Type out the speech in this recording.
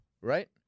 right